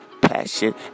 passion